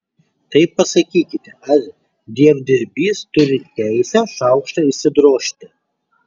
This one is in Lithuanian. tai pasakykite ar dievdirbys turi teisę šaukštą išsidrožti